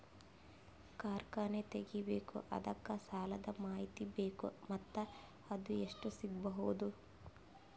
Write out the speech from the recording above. ಕಾರ್ಖಾನೆ ತಗಿಬೇಕು ಅದಕ್ಕ ಸಾಲಾದ ಮಾಹಿತಿ ಬೇಕು ಮತ್ತ ಅದು ಎಷ್ಟು ಸಿಗಬಹುದು?